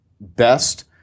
best